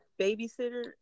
babysitter